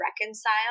reconcile